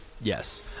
Yes